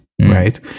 right